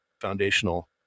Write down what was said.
foundational